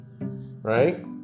right